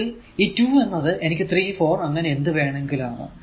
ഇതിൽ ഈ 2 എന്നത് എനിക്ക് 3 4 അങ്ങനെ എന്തുവേണമെങ്കിലും ആകാം